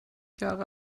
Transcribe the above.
jahre